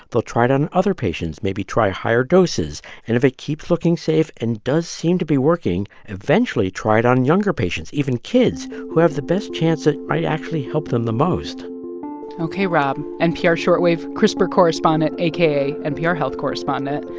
they'll try it on other patients maybe try higher doses and, if it keeps looking safe and does seem to be working, eventually try it on younger patients, even kids, who have the best chance it might actually help them the most ok. rob, npr short wave crispr correspondent, aka npr health correspondent,